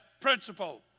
principle